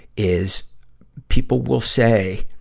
is people will say,